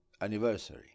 anniversary